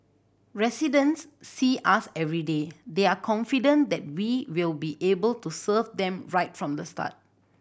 residents see us everyday they are confident that we will be able to serve them right from the start